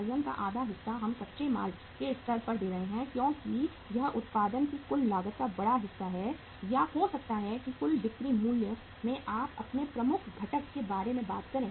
वजन का आधा हिस्सा हम कच्चे माल के स्तर पर दे रहे हैं क्योंकि यह उत्पादन की कुल लागत का एक बड़ा हिस्सा है या हो सकता है कि कुल बिक्री मूल्य में आप अपने प्रमुख घटक के बारे में बात करें